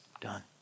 done